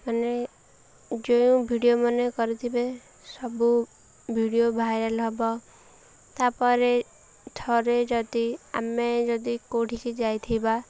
ମାନେ ଯେଉଁ ଭିଡ଼ିଓ ମାନେ କରିଥିବେ ସବୁ ଭିଡ଼ିଓ ଭାଇରାଲ୍ ହବ ତା'ପରେ ଥରେ ଯଦି ଆମେ ଯଦି କେଉଁଠିକି ଯାଇଥିବା